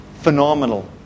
Phenomenal